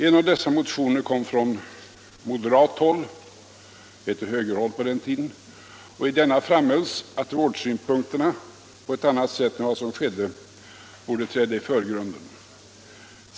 En av dessa motioner kom från moderathåll — det hette högern på den tiden — och i den framhölls att vårdsynpunkterna på ett annat sätt än vad som skedde borde träda i förgrunden.